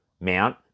mount